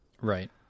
Right